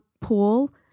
pool